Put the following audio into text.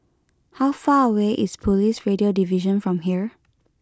how far away is Police Radio Division from here